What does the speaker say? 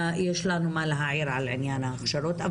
יש לנו מה להעיר על עניין ההכשרות,